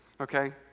okay